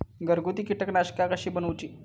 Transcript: घरगुती कीटकनाशका कशी बनवूची?